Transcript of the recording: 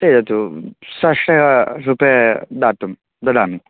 त्यजतु सश रुपे दातुं ददामि